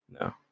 No